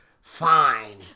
fine